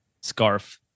scarf